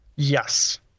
Yes